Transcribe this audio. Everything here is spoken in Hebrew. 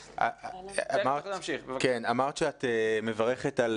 אמרת שאת מברכת על